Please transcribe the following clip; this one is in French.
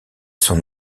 son